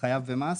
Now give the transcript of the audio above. חייב במס,